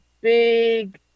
big